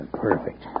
perfect